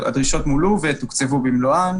הדרישות מולאו ותוקצבו במלואן.